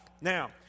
Now